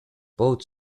both